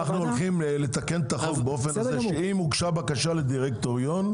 הולכים לתקן את החוק באופן הזה שאם הוגשה בקשה לדירקטוריון,